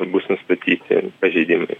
bus nustatyti pažeidimai